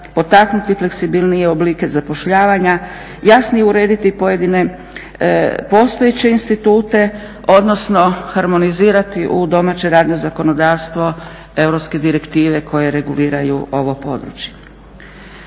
potaknuti fleksibilnije oblike zapošljavanja, jasnije urediti pojedine postojeće institute, odnosno harmonizirati u domaće radno zakonodavstvo europske direktive koje reguliraju ovo područje.